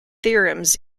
theorems